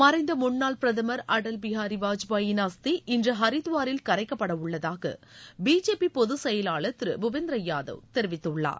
மறைந்த முன்னாள் பிரதமர் அடல் பிகாரி வாஜ்பாயின் அஸ்தி இன்று ஹரித்துவாரில் கரைக்கப்படவுள்ளதாக பிஜேபி பொது செயலாளர் திரு புபிந்திர யாதவ் தெரிவித்துள்ளார்